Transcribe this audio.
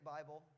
Bible